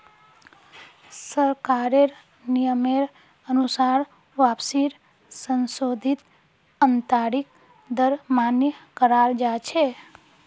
सरकारेर नियमेर अनुसार वापसीर संशोधित आंतरिक दर मान्य कराल जा छे